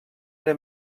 era